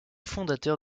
fondateur